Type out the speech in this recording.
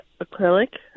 acrylic